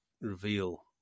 reveal